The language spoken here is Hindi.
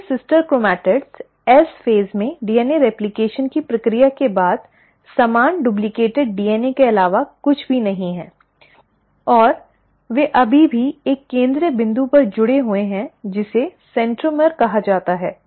तो ये सिस्टर क्रोमैटिड्स एस चरण में डीएनए रेप्लकेशन की प्रक्रिया के बाद समान डुप्लिकेट डीएनए के अलावा कुछ भी नहीं हैं और वे अभी भी एक केंद्रीय बिंदु पर जुड़े हुए हैं जिसे सेंट्रोमियर कहा जाता है